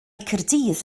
caerdydd